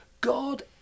God